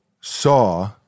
saw